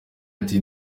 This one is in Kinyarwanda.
ati